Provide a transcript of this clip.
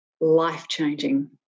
life-changing